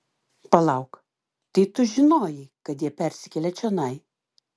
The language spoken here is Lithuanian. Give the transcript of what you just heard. palauk tai tu žinojai kad jie persikelia čionai